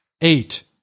Eight